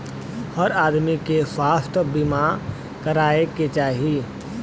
हर आदमी के स्वास्थ्य बीमा कराये के चाही